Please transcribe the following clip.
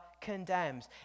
condemns